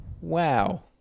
wow